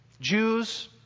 Jews